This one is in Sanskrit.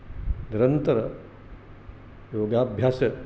निरन्तरयोगाभ्यास